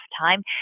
time